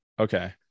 Okay